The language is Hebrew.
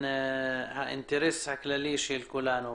ובאינטרס הכללי של כולנו.